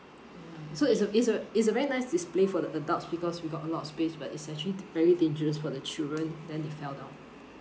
so it's a it's a it's a very nice display for the adults because we got a lot of space but it's actually very dangerous for the children then they fell down